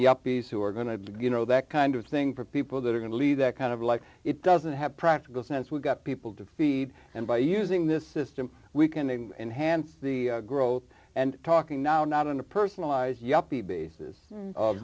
yuppies who are going to get know that kind of thing for people that are going to leave that kind of like it doesn't have practical sense we've got people to feed and by using this system we can and enhanced the growth and talking now not in a personalize yuppie basis o